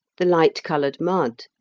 the light-coloured mud,